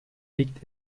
liegt